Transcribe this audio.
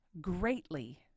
greatly